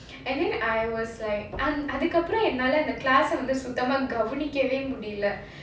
and then I was like அதுக்கப்புறம் என்னால அந்த:adhukapuram ennala andha the class வந்து சுத்தமா கவனிக்கவே முடில:vandhu suthamaa gavainkkavae mudila